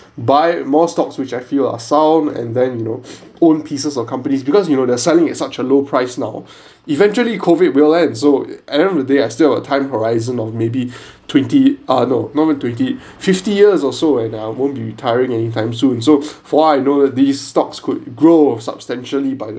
buy more stocks which I feel are sound and then you know own pieces of companies because you know they're selling at such a low price now eventually COVID will end so at end of the day I still have a time horizon of maybe twenty ah no not even twenty fifty years or so and I won't be retiring anytime soon so for I know these stocks could grow substantially by